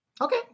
Okay